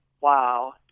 Wow